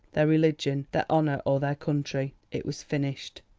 their religion, their honour or their country! it was finished.